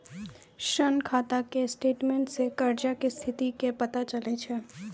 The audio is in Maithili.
ऋण खाता के स्टेटमेंटो से कर्जा के स्थिति के पता चलै छै